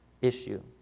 issue